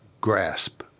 grasp